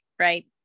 right